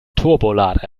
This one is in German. turbolader